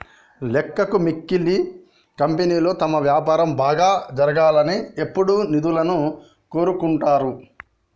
లెక్కకు మిక్కిలి కంపెనీలు తమ వ్యాపారం బాగా జరగాలని ఎప్పుడూ నిధులను కోరుకుంటరు